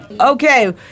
Okay